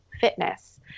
fitness